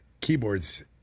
keyboards